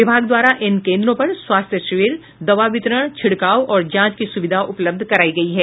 विभाग द्वारा इन केंद्रों पर स्वास्थ्य शिविर दवा वितरण छिड़काव और जांच की सुविधा उपलब्ध करायी गयी है